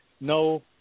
No